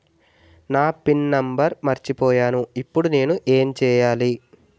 నా pin number మర్చిపోయాను ఇప్పుడు నేను ఎంచేయాలి?